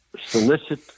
solicit